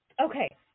Okay